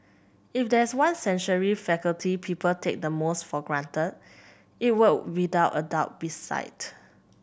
if there is one sensory faculty people take the most for granted it would without a doubt be sight